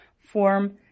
form